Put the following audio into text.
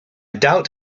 doubt